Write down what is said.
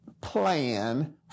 plan